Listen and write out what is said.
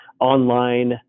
online